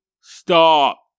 stop